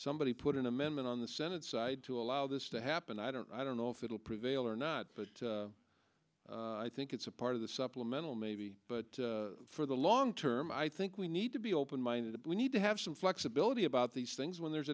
somebody put an amendment on the senate side to allow this to happen i don't i don't know if it will prevail or not but i think it's a part of the supplemental maybe but for the law in term i think we need to be open minded we need to have some flexibility about these things when there's